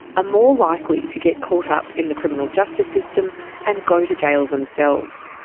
ah more likely to get caught up in the criminal justice system and go to jail themselves.